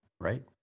right